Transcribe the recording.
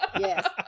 yes